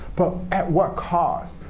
but at what cost,